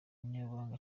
umunyamabanga